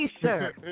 sir